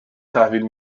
تحویل